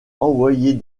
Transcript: envoyer